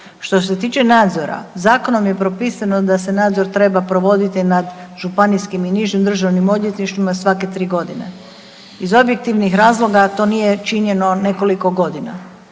Što se tiče nadzora, zakonom je propisano da se nadzor treba provoditi nad Županijskim i nižim državnim odvjetništvima svake 3 godine. Iz objektivnih razloga to nije činjeno nekoliko godina.